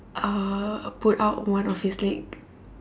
uh put out one of his leg